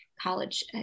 college